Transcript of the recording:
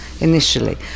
initially